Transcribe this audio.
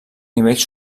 nivells